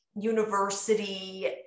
university